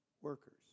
workers